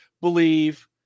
believe